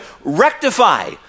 rectify